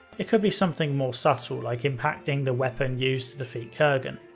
it could be something more subtle like impacting the weapon used to defeat kerghan.